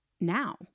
now